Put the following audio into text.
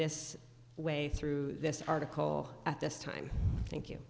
this way through this article at this time thank you